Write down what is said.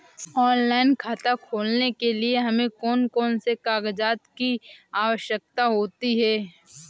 Online खाता खोलने के लिए हमें कौन कौन से कागजात की आवश्यकता होती है?